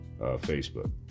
Facebook